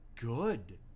good